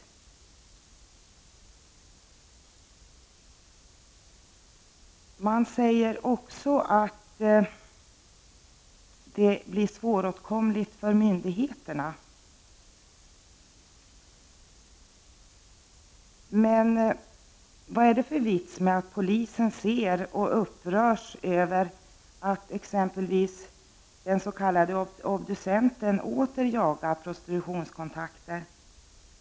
Vidare säger man att verksamheten blir svåråtkomlig för myndigheterna. Men man undrar vad det är för vits med att polisen ser och upprörs över att den s.k. obducenten åter ses jaga prostitutionskontakter.